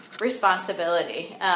responsibility